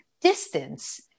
distance